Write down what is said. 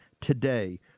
today